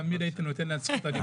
תמיד הייתי נותן לה את זכות הדיבור.